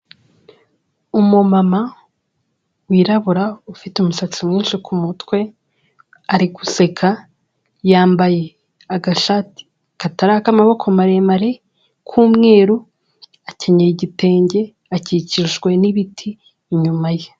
Umumama wirabura ufite umusatsi mwinshi ku mutwe ari guseka, yambaye agashati katari akamaboko maremare k'umweru, akenyeye igitenge akikijwe n'ibiti inyuma ye.